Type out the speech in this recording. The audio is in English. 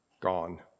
gone